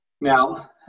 Now